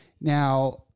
Now